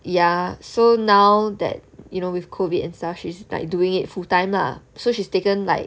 ya so now that you know with COVID and stuff she's like doing it full time lah so she's taken like